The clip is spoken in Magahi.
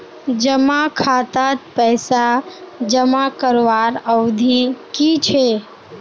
जमा खातात पैसा जमा करवार अवधि की छे?